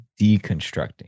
deconstructing